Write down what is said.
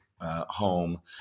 home